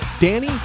Danny